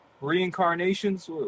Reincarnations